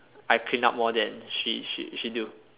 I clean up more than she she she do